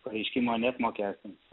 pareiškimo neapmokestins